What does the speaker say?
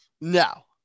No